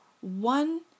One